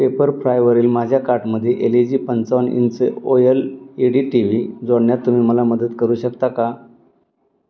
पेपरफ्रायवरील माझ्या कार्टमध्ये LG पंचावन्न inch O L E D T V जोडण्यात तुम्ही मला मदत करू शकता का